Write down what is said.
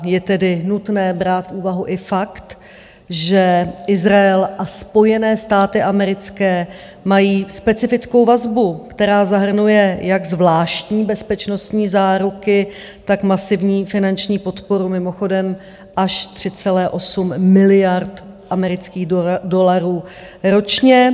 Je tedy nutné brát v úvahu i fakt, že Izrael a Spojené státy americké mají specifickou vazbu, která zahrnuje jak zvláštní bezpečnostní záruky, tak masivní finanční podporu mimochodem až 3,8 miliardy amerických dolarů ročně.